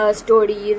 story